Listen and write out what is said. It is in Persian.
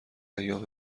ایام